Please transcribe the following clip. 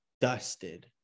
dusted